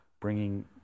bringing